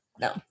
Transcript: no